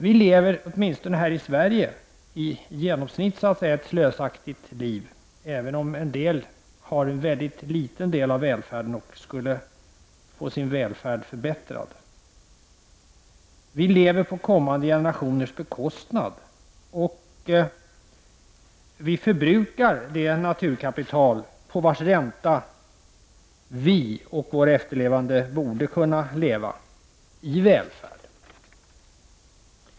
Vi lever, åtminstone här i Sverige, genomsnittligt ett slösaktigt liv, även om en del har en mycket liten del av välfärden och borde få sin välfärd förbättrad. Vi lever på kommande generationers bekostnad, och vi förbrukar det naturkapital på vars ränta vi och våra efterlevande borde kunna leva i välfärd.